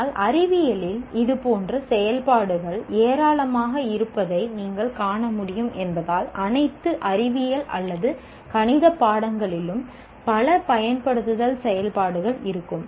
ஆனால் அறிவியலில் இதுபோன்ற செயல்பாடுகள் ஏராளமாக இருப்பதை நீங்கள் காண முடியும் என்பதால் அனைத்து அறிவியல் அல்லது கணித பாடங்களிலும் பல பயன்படுத்துதல் செயல்பாடுகள் இருக்கும்